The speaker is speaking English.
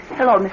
Hello